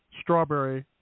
Strawberry